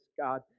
God